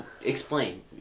Explain